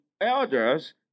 elders